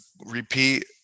repeat